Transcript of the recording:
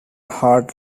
hard